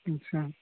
اچھا